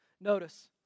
Notice